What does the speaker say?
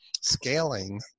scaling